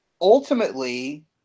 ultimately